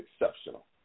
exceptional